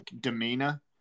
demeanor